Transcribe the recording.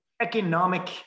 economic